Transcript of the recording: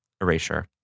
Erasure